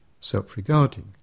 self-regarding